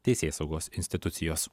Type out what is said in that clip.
teisėsaugos institucijos